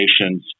nations